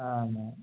ஆமாங்க